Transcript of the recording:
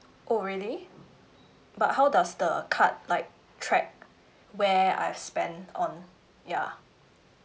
oh really but how does the card like track where I spent on ya